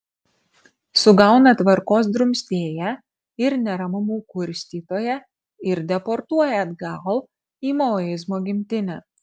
sugauna tvarkos drumstėją ir neramumų kurstytoją ir deportuoja atgal į maoizmo gimtinę